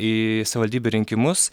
į savivaldybių rinkimus